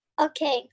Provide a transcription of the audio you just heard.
Okay